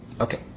Okay